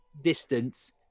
distance